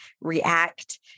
react